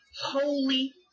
holy